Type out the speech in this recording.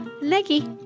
Leggy